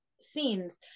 scenes